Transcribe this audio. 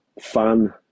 fun